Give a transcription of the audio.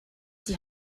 die